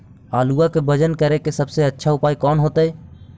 आलुआ के वजन करेके सबसे अच्छा उपाय कौन होतई?